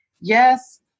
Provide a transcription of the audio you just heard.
yes